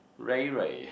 Ray Ray